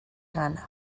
gana